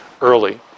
early